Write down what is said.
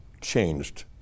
changed